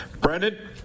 Brendan